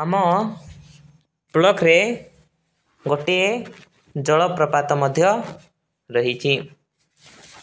ଆମ ବ୍ଲକ୍ରେ ଗୋଟିଏ ଜଳପ୍ରପାତ ମଧ୍ୟ ରହିଛି